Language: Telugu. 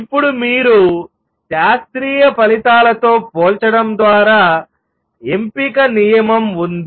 ఇప్పుడు మీరు శాస్త్రీయ ఫలితాలతో పోల్చడం ద్వారా ఎంపిక నియమం ఉంది